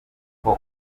uko